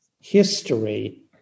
history